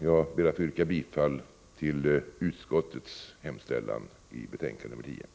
Jag ber att få yrka bifall till utskottets hemställan i dess betänkande nr 10.